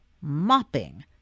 mopping